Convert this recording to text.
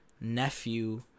nephew